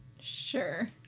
Sure